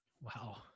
Wow